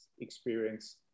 experience